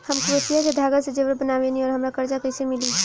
हम क्रोशिया के धागा से जेवर बनावेनी और हमरा कर्जा कइसे मिली?